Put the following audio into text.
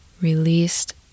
Released